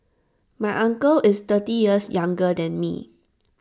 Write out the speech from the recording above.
my uncle is thirty years younger than me